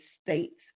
states